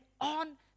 on